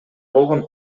болгон